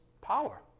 power